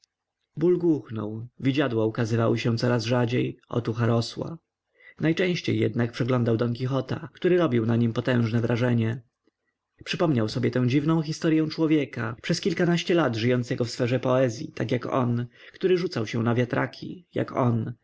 ból głuchnął widziadła ukazywały się coraz rzadziej otucha rosła najczęściej jednak przeglądał don quichota który robił na nim potężne wrażenie przypomniał sobie tę dziwną historyą człowieka przez kilkanaście lat żyjącego w sferze poezyi tak jak on który rzucał się na wiatraki jak on